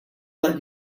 let